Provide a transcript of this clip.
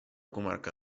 comarca